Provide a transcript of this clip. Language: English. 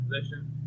position